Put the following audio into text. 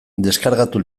deskargatu